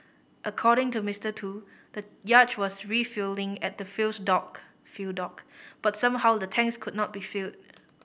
according to Mister Tu the yacht was refuelling at the fuels dock fuel dock but somehow the tanks could not be filled